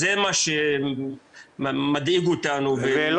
זה מה שמדאיג אותנו ומקומם אותנו.